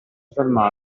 fermare